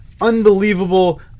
unbelievable